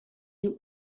you